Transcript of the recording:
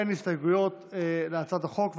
אין הסתייגויות להצעת החוק,